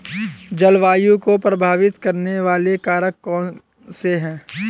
जलवायु को प्रभावित करने वाले कारक कौनसे हैं?